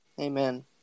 Amen